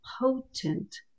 potent